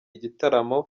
igitaramo